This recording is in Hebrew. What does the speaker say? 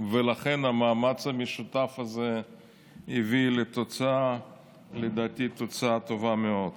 ולכן המאמץ המשותף הזה הביא לתוצאה טובה מאוד,